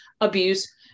abuse